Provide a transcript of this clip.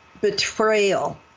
betrayal